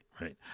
right